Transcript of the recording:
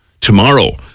tomorrow